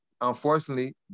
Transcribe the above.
unfortunately